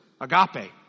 agape